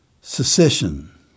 Secession